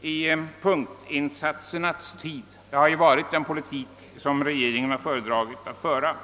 i punktinsatsernas tid; det har varit den politik som regeringen har föredragit att föra.